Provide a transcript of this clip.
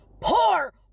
Poor